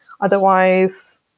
otherwise